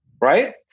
right